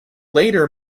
later